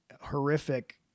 horrific